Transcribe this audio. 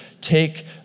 take